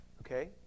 okay